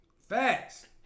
Facts